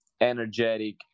energetic